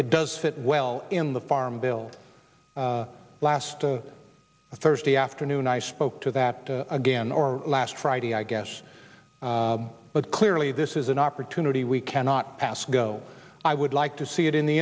it does fit well in the farm bill last thursday afternoon i spoke to that again or last friday i guess but clearly this is an opportunity we cannot pass go i would like to see it in the